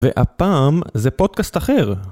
והפעם זה פודקאסט אחר.